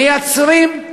מייצרים,